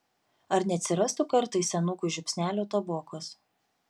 ar neatsirastų kartais senukui žiupsnelio tabokos